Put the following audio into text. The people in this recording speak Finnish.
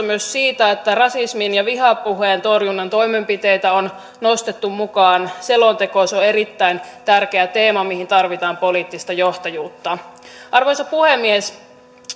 myös siitä että rasismin ja vihapuheen torjunnan toimenpiteitä on nostettu mukaan selontekoon se on erittäin tärkeä teema mihin tarvitaan poliittista johtajuutta arvoisa puhemies